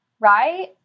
right